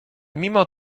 mimo